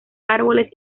árboles